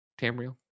Tamriel